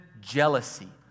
jealousy